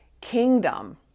kingdom